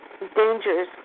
dangers